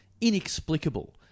inexplicable